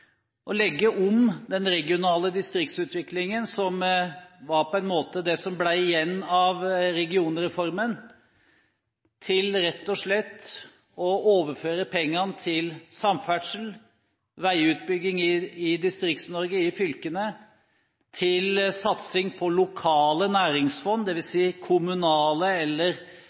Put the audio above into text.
å legge om den regionale distriktsutviklingen, som på en måte var det som ble igjen av regionreformen, til rett og slett å overføre pengene til samferdsel – veiutbygging i Distrikts-Norge, i fylkene – til satsing på lokale næringsfond, dvs. kommunale eller